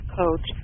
coach